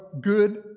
good